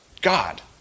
God